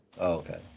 Okay